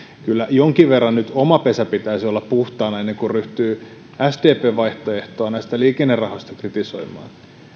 kyllä jonkin verran nyt oman pesän pitäisi olla puhtaana ennen kuin ryhtyy sdpn vaihtoehtoa näistä liikennerahoista kritisoimaan